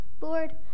Lord